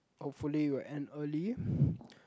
hopefully we'll end early